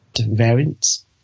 variants